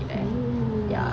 ya